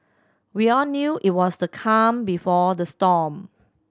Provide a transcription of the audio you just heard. we all knew it was the calm before the storm